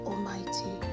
Almighty